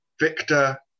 Victor